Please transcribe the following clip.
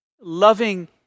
loving